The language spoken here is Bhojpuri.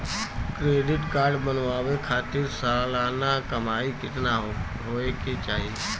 क्रेडिट कार्ड बनवावे खातिर सालाना कमाई कितना होए के चाही?